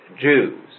Jews